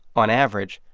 on average,